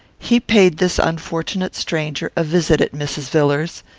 he paid this unfortunate stranger a visit at mrs. villars's.